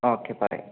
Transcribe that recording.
okay പറയാം